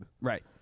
Right